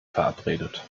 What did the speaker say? verabredet